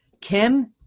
Kim